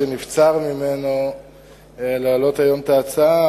שנבצר ממנו להעלות היום את ההצעה.